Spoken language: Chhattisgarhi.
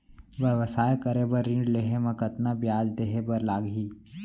व्यवसाय करे बर ऋण लेहे म कतना ब्याज देहे बर लागही?